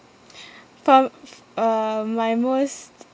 from uh my most